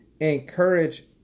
Encourage